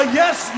yes